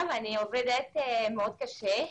אני עובדת מאוד קשה.